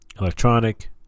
electronic